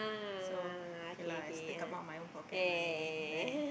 so K lah I still come out my own pocket money then so